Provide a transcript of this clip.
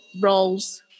roles